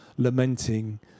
lamenting